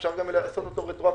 אפשר גם לעשות אותו רטרואקטיבית.